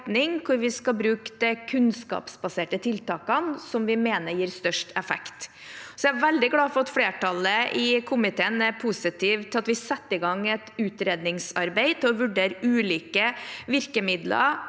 der vi skal bruke de kunnskapsbaserte tiltakene vi mener gir størst effekt. Jeg er veldig glad for at flertallet i komiteen er positive til at vi setter i gang et utredningsarbeid for å vurdere ulike virkemidler